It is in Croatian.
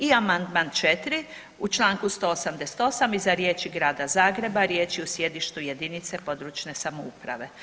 I amandman 4., u čl. 188. iza riječi „Grada Zagreba“ riječ je „u sjedištu jedinice područne samouprave“